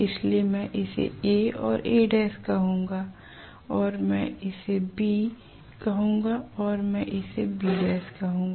इसलिए मैं इसे A और A' कहूंगा और मैं इसे B कहूंगा और मैं इसे B कहूंगा